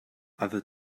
other